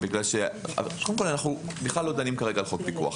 אנחנו בכלל לא דנים כרגע על חוק פיקוח,